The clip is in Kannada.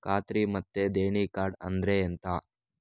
ಖಾತ್ರಿ ಮತ್ತೆ ದೇಣಿ ಕಾರ್ಡ್ ಅಂದ್ರೆ ಎಂತ?